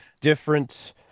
different